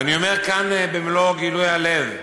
אני אומר כאן במלוא גילוי הלב,